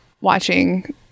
watching